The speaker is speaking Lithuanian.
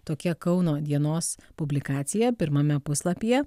tokia kauno dienos publikacija pirmame puslapyje